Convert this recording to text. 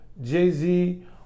Jay-Z